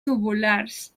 tubulars